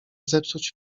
zepsuć